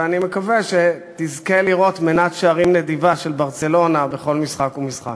ואני מקווה שתזכה לראות מנת שערים נדיבה של "ברצלונה" בכל משחק ומשחק.